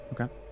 Okay